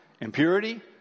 impurity